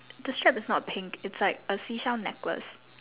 the strap is not pink it's like a seashell necklace